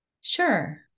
sure